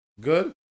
Good